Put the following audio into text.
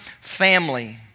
family